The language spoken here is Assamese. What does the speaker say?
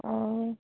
অঁ